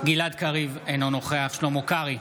גלעד קריב, אינו נוכח שלמה קרעי,